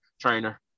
trainer